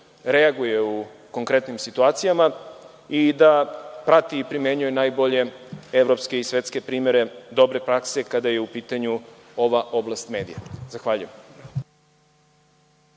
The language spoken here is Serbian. reaguje u konkretnim situacijama i da prati i primenjuje najbolje evropske i svetske primere dobre prakse kada je u pitanju ova oblast medija. Zahvaljujem.